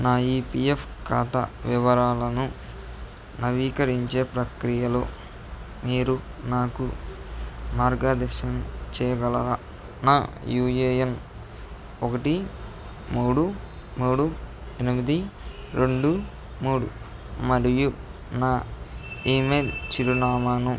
నా ఈపీఎఫ్ ఖాతా వివరాలను నవీకరించే ప్రక్రియలో మీరు నాకు మార్గనిర్దేశం చేయగలరా నా యూఏఎన్ ఒకటి మూడు మూడు ఎనిమిది రెండు మూడు మరియు నా ఈమెయిల్ చిరునామాను